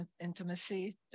intimacy